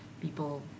people